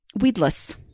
weedless